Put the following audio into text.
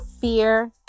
fear